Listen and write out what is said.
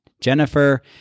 Jennifer